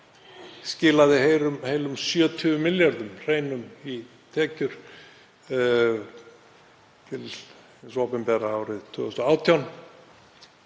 skilaði heilum 70 milljörðum hreinum í tekjur til hins opinbera árið 2018